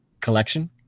collection